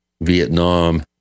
Vietnam